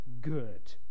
good